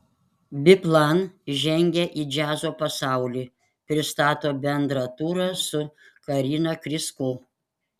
biplan žengia į džiazo pasaulį pristato bendrą turą su karina krysko